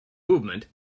movement